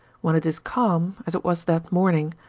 when it is calm, as it was that morning,